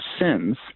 sins